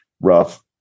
rough